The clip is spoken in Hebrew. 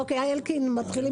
אלקין?